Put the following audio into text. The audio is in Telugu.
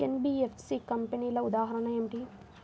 ఎన్.బీ.ఎఫ్.సి కంపెనీల ఉదాహరణ ఏమిటి?